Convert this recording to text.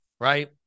right